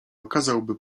okazałby